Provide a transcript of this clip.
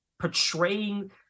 portraying